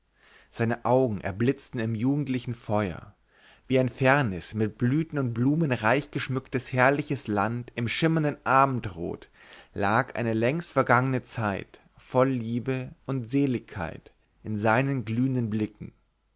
seine augen erblitzten im jugendlichen feuer wie ein fernes mit blüten und blumen reich geschmücktes herrliches land im schimmernden abendrot lag eine längst vergangene zeit voll liebe und seligkeit in seinen glühenden blicken